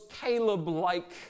Caleb-like